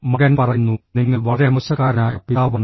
മകൻ പറയുന്നുഃ നിങ്ങൾ വളരെ മോശക്കാരനായ പിതാവാണ്